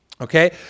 Okay